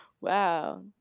Wow